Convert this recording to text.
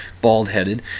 bald-headed